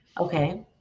Okay